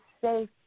safe